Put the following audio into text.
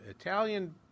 Italian